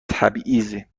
تبعیضی